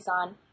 on